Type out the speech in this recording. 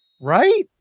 Right